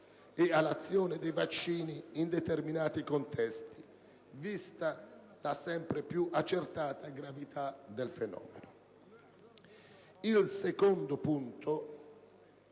e all'azione dei vaccini in determinati contesti, vista la sempre più accertata gravità del fenomeno. Il secondo punto